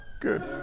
Good